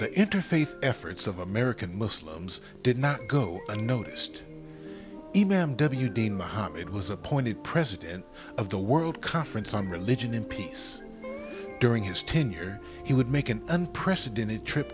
the interfaith efforts of american muslims did not go unnoticed m m w deen mohamed was appointed president of the world conference on religion and peace during his tenure he would make an unprecedented trip